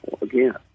again